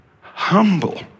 Humble